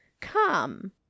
come